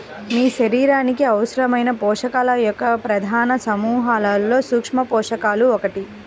మీ శరీరానికి అవసరమైన పోషకాల యొక్క ప్రధాన సమూహాలలో సూక్ష్మపోషకాలు ఒకటి